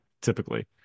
typically